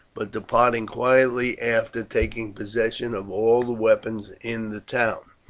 but departing quietly after taking possession of all the weapons in the town.